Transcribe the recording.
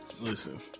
Listen